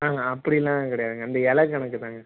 ஆ அப்படியெல்லாம் கிடையாதுங்க அந்த இல கணக்குதாங்க